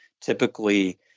Typically